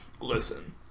Listen